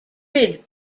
grid